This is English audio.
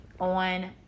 on